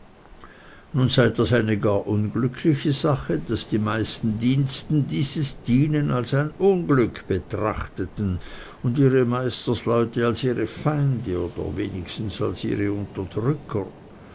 nun sei das eine gar unglückliche sache daß die meisten diensten dieses dienen als ein unglück betrachten und ihre meisterleute als ihre feinde oder wenigstens als ihre unterdrücker